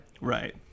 Right